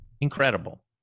incredible